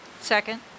Second